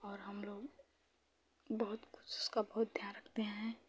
और हमलोग बहुत कुछ उसका बहुत ध्यान रखते हैं